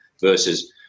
versus